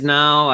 now